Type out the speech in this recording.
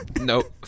Nope